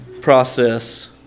process